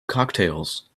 cocktails